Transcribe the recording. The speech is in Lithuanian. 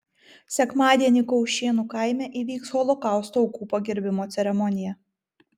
sekmadienį kaušėnų kaime įvyks holokausto aukų pagerbimo ceremonija